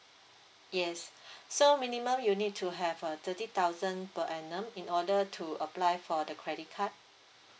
yes so minimum you need to have a thirty thousand per annum in order to apply for the credit card